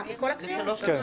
בכל הקריאות?